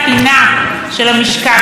צפוי לנו עוד הרבה: